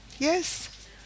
Yes